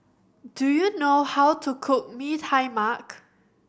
do you know how to cook Mee Tai Mak